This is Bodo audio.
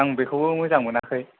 आं बेखौबो मोजां मोनाखै